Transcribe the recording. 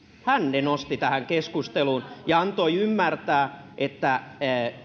hän ne nosti tähän keskusteluun ja antoi ymmärtää että